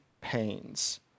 pains